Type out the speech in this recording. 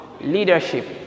leadership